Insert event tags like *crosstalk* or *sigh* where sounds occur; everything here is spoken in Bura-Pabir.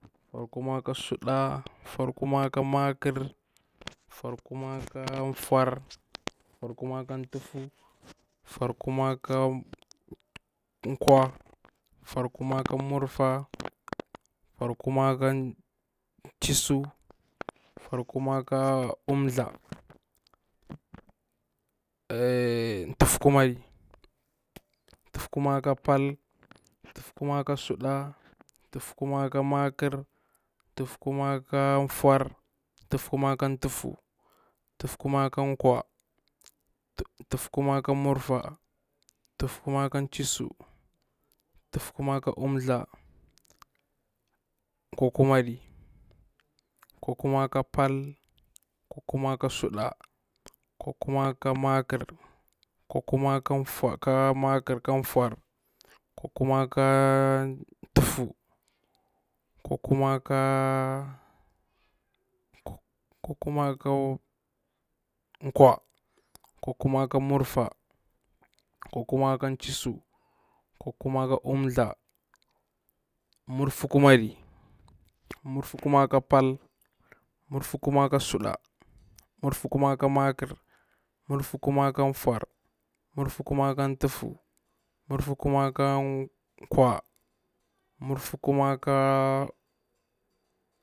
Furkuma ka suɗa, furkuma ka makar, furkuma ka fur, furkuma ka tufu, furkuma ka kwa, furkuma ka murfa, furkuma ka chisu, furkuma ka ulthla, *hesitation* tufukurmari tufukuma ka pal, tufukuma ka suɗa, tufukuma ka makar, tufukuma ka fur, tukuma, ka tufu, tufukuma ka kwa, tufukuma ka murfa, tufukuma ka chisu, tufukuma ka ulthla, kwakumari, kwakuma ka pal, kwakuma ka suɗa, kwakuma ka makar, kwakuma ka fur, kwakuma ka tufu, kwakuma kwakuma ka kwa, kwakuma ka murfa, kwakuma ka chisu, kwakuma ka ulthla, murfakumari, murfukuma ka pal, murfukuma ka suɗa, murfukuma ka makar, murfukuma ka fur, murfukuma ka tufu, murfukuma ka kwa.